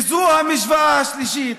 וזאת המשוואה השלישית,